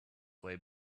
way